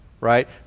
right